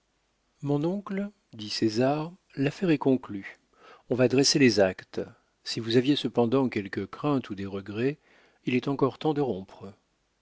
mon oncle dit césar l'affaire est conclue on va dresser les actes si vous aviez cependant quelques craintes ou des regrets il est encore temps de rompre